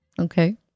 Okay